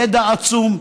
ידע עצום.